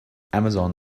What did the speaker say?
amazon